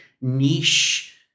niche